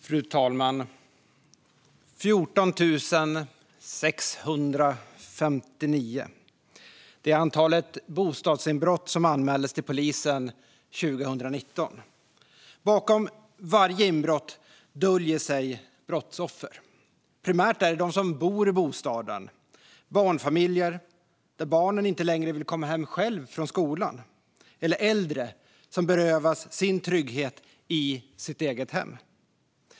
Fru talman! 14 659. Det är antalet bostadsinbrott som anmäldes till polisen 2019. Bakom varje inbrott döljer sig brottsoffer. Primärt är det de som bor i bostaden. Det är barnfamiljer där barnen inte längre vill komma hem själva från skolan eller äldre som berövas sin trygghet i sitt eget hem.